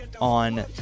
on